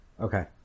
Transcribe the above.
Okay